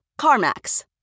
CarMax